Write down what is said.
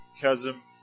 chasm